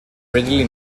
readily